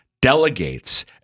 delegates